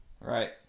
Right